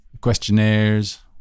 questionnaires